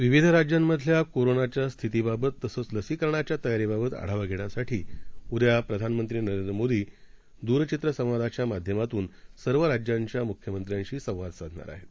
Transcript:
विविधराज्यांमधल्याकोरोनाच्यास्थितीबाबततसंचलसीकरणीच्यातयारीबाबत आढावाघेण्यासाठीउद्याप्रधानमंत्रीनरेंद्रमोदीहेदूरचित्रसंवादाच्यामाध्यमातूनसर्वराज्यांच्यामुख्यमंत्र्यांशीसंवादसाधणारआहेत